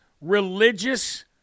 religious